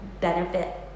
benefit